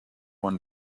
one